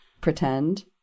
pretend